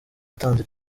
yatanze